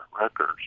records